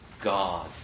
God